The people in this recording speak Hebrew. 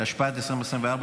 התשפ"ד 2024,